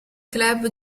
club